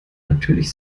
natürlich